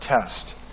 test